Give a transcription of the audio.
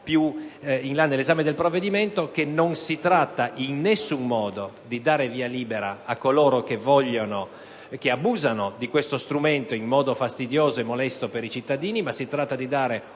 nel corso dell'esame del provvedimento, che non si tratta in nessun modo di dare via libera a coloro che abusano di questo strumento in modo fastidioso e molesto per i cittadini, ma di dare